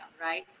right